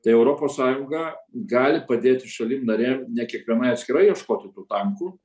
tai europos sąjunga gali padėti šalim narėm ne kiekvienai atskirai ieškoti tų tankų